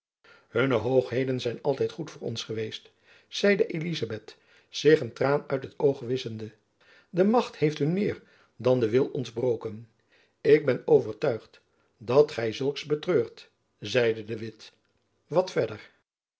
hunne hoogheden zijn altijd goed voor ons geweest zeide elizabeth zich een traan uit het oog wisschende de macht heeft hun meer dan de wil ontbroken ik ben overtuigd dat gy zulks betreurt zeide de witt wat verder